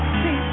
see